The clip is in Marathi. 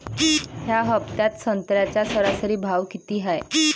या हफ्त्यात संत्र्याचा सरासरी भाव किती हाये?